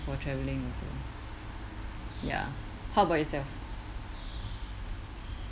for traveling also ya how about yourself